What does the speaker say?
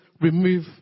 remove